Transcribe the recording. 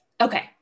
Okay